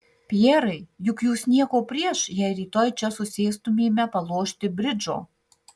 pjerai juk jūs nieko prieš jei rytoj čia susėstumėme palošti bridžo